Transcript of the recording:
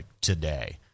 today